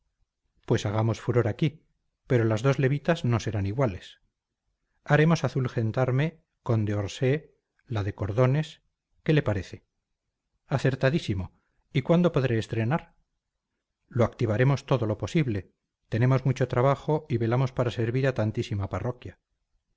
pues hagamos furor aquí pero las dos levitas no serán iguales haremos azul gendarme conde orsay la de cordones qué le parece acertadísimo y cuándo podré estrenar lo activaremos todo lo posible tenemos mucho trabajo y velamos para servir a tantísima parroquia